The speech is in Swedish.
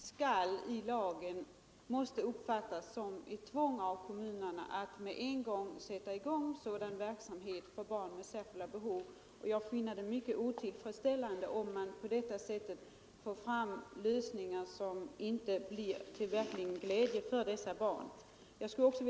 Fru talman! Jag tycker ändå att det måste vara på det sättet att ordet ”skall” i lagen kommer att uppfattas som ett tvång att omedelbart sätta i gång sådan verksamhet för barn med särskilda behov, och jag finner det mycket otillfredsställande om man på detta sätt får fram lösningar som inte blir till verklig glädje för dessa barn.